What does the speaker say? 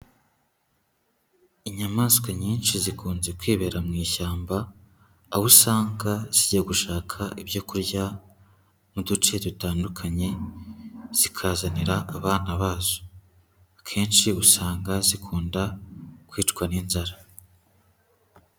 Inyamaswa nyinshi zikunze kwibera mu ishyamba, aho usanga zijya gushaka ibyoku kurya mu duce dutandukanye, zikazanira abana bazo, akenshi usanga zikunda kwicwa n'inzara.